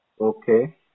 Okay